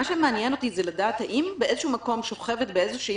מה שמעניין אותי לדעת האם באיזשהו מקום שוכבת באיזושהי